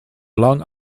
long